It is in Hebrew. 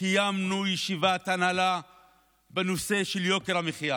קיימנו ישיבת הנהלה בנושא של יוקר המחיה